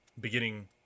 beginning